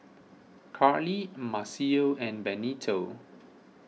Karlie Maceo and Benito